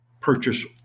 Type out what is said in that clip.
purchase